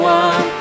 one